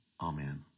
Amen